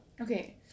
Okay